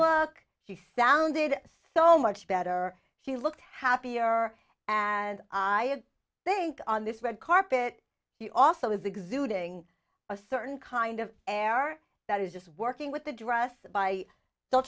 luck she sounded so much better she looked happier and i think on this red carpet he also is exuding a certain kind of air that is just working with the dress by the